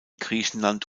griechenland